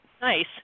Nice